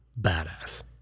badass